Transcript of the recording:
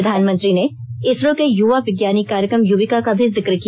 प्रधानमंत्री ने इसरो के युवा विज्ञानी कार्यक्रम युविका का भी जिक्र किया